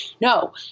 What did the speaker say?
no